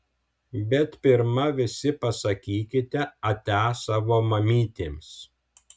bet pirma visi pasakykite ate savo mamytėms